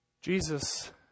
Jesus